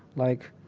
like,